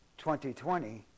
2020